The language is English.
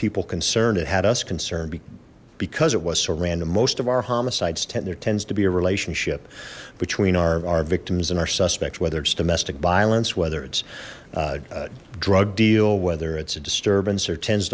people concerned it had us concerned because it was so random most of our homicides tend there tends to be a relationship between our victims and our suspects whether it's domestic violence whether it's a drug deal whether it's a disturbance there tends